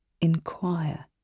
inquire